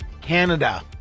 Canada